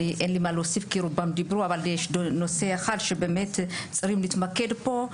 אין לי מה להוסיף כי רובם דיברו אבל יש נושא אחד שצריך להתמקד בו.